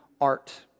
art